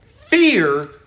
fear